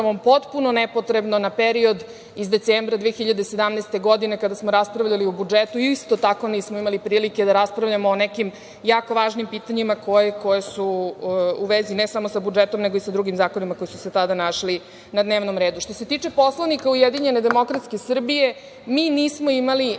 potpuno nepotrebno na period iz decembra 2017. godine, kada smo raspravljali o budžetu. Isto tako nismo imali prilike da raspravljamo o nekim jako važnim pitanjima koja su u vezi ne samo sa budžetom, nego i sa drugim zakonima koji su se tada našli na dnevnom redu. Što se tiče Poslovnika UDS, mi nismo imali